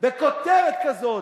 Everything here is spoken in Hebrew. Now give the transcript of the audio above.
בכותרת כזאת,